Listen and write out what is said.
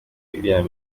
uriya